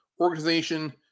organization